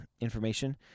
information